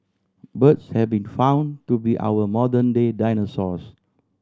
birds have been found to be our modern day dinosaurs